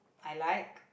I like